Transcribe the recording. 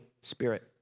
spirit